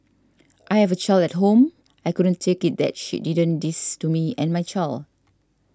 I have a child at home I couldn't take it that she didn't this to me and my child